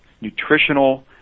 nutritional